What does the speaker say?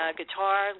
guitar